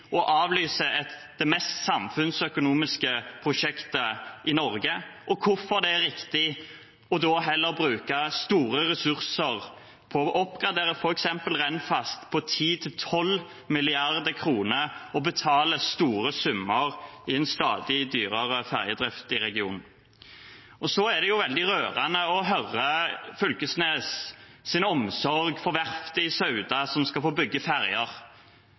å avlyse det mest samfunnsøkonomiske prosjektet i Norge, og om hvorfor det er riktig å heller bruke store ressurser på å oppgradere f.eks. Rennfast på 10 mrd. kr til 12 mrd. kr og betale store summer i en stadig dyrere ferjedrift i regionen. Det er veldig rørende å høre Knag Fylkesnes’ omsorg for verftet i Sauda som skal få bygge ferjer,